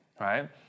right